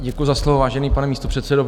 Děkuji za slovo, vážený pane místopředsedo.